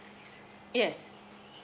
yes